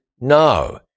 no